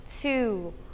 two